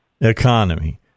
Economy